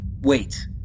Wait